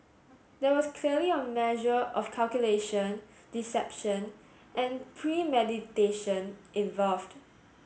there was clearly a measure of calculation deception and premeditation involved